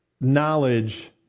knowledge